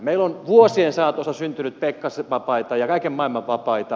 meillä on vuosien saatossa syntynyt pekkasvapaita ja kaiken maailman vapaita